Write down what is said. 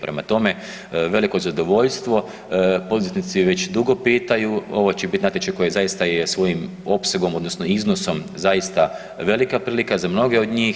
Prema tome, veliko zadovoljstvo, poduzetnici već dugo pitaju, ovo će biti natječaj koji zaista je svojim opsegom, odnosno iznosom zaista velika prilika za mnoge od njih.